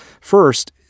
First